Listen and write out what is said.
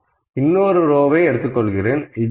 நான் இன்னொரு ரோவை எடுத்துக் கொள்கிறேன்